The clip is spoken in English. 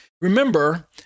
remember